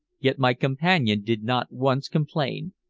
yet my companion did not once complain.